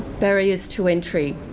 barriers to entry